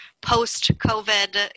post-COVID